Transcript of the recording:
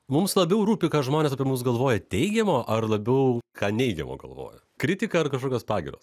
mums labiau rūpi ką žmonės apie mus galvoja teigiamo ar labiau ką neigiamo galvojo kritiką ar kažkokias pagyras